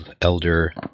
Elder